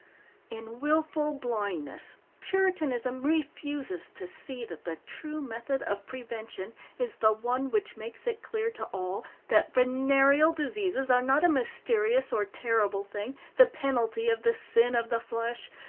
in wilful blindness puritanism refuses to see that the true method of prevention is the one which makes it clear to all that venereal diseases are not a mysterious or terrible thing, the penalty of the sin of the flesh,